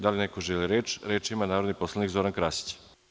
Da li neko želi reč? (Da) Reč ima narodni poslanik Zoran Krasić.